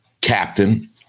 captain